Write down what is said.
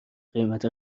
قیمت